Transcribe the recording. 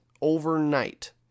overnight